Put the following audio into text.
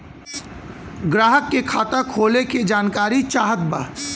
ग्राहक के खाता खोले के जानकारी चाहत बा?